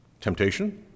Temptation